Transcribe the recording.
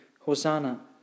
Hosanna